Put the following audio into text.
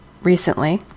recently